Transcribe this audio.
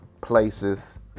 places